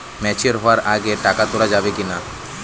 Mature হওয়ার আগে টাকা তোলা যাবে কিনা?